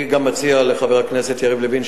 אני גם מציע לחבר הכנסת יריב לוין,